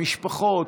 המשפחות,